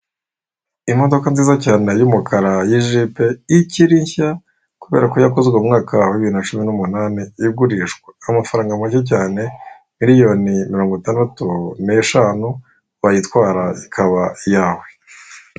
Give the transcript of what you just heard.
Imodoka nziza cyane y'umukara y'ijepe ikiri nshya, kubera ko yakozwe mu mwaka wa bibiri na cumi n'umunani. Igurishwa amafaranga make cyane, miliyoni mirongo itandatu n'eshanu; wayitwara ikaba iyawe.